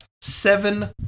seven